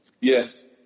Yes